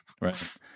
Right